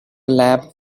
lab